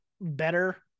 better